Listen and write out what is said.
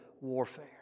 warfare